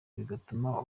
bigatuma